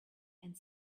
and